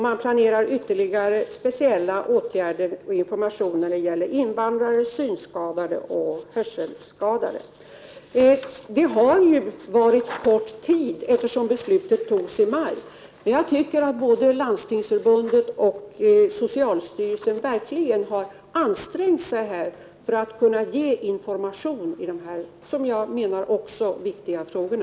Man planerar ytterligare speciella åtgärder för och information till invandrare, synskadade och hörselskadade. Det har varit ont om tid, eftersom beslutet fattades i maj, men jag tycker att både Landstingsförbundet och socialstyrelsen verkligen har ansträngt sig för att kunna ge information i de här, som också jag menar, viktiga frågorna.